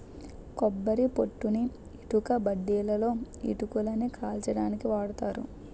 కొబ్బరి పొట్టుని ఇటుకబట్టీలలో ఇటుకలని కాల్చడానికి వాడతారు